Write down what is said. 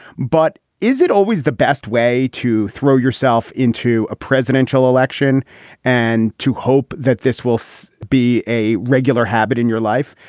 but is it always the best way to throw yourself into a presidential election and to hope that this will so be a regular habit in your life?